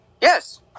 Yes